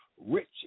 rich